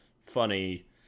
funny